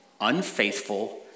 unfaithful